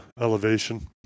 elevation